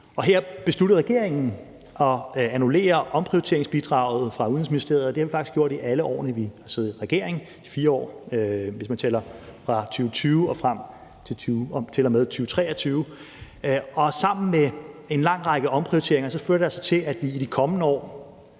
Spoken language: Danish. Her besluttede regeringen at annullere omprioriteringsbidraget for Udenrigsministeriet, og det har vi faktisk gjort i alle årene, vi har siddet i regering, 4 år, hvis man tæller fra 2020 og frem til og med 2023. Sammen med en lang række omprioriteringer fører det altså til, at vi i de kommende år